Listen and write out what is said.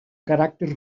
caràcter